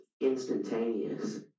instantaneous